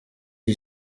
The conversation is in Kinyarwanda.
iyi